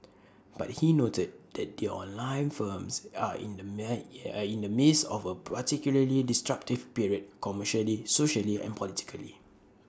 but he noted that the online firms are in the are in the midst of A particularly disruptive period commercially socially and politically